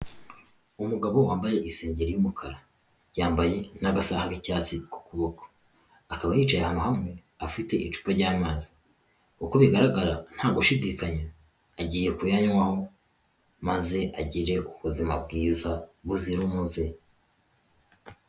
Umugabo wambaye isengeri y'umukara yambaye n'agasaha k'icyatsi ku kuboko akaba yicaye ahantu hamwe afite icupa ry'amazi uko bigaragara nta gushidikanya agiye kuyanywaho maze agire ubuzima bwiza buzira umuze.